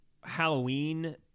Halloween